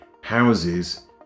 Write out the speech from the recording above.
houses